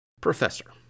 Professor